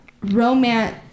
romance